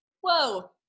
whoa